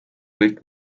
kõik